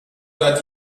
oder